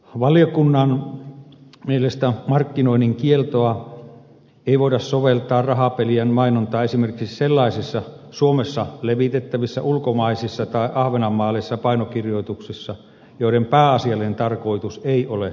valiokunnan mielestä markkinoinnin kieltoa ei voida soveltaa rahapelien mainontaan esimerkiksi sellaisessa suomessa levitettävissä ulkomaisissa tai ahvenanmaalaisissa painokirjoituksissa joiden pääasiallinen tarkoitus ei ole rahapelien mainonta